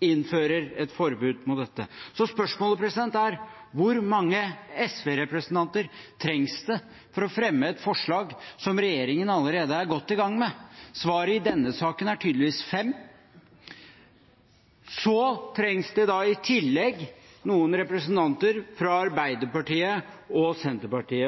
innfører et forbud mot dette. Så spørsmålet er: Hvor mange SV-representanter trengs det for å fremme et forslag som regjeringen allerede er godt i gang med? Svaret i denne saken er tydeligvis fem. Så trengs det da i tillegg noen representanter fra Arbeiderpartiet og Senterpartiet.